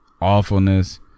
awfulness